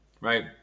right